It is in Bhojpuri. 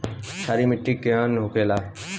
क्षारीय मिट्टी केहन होखेला?